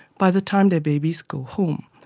by the time their babies go home.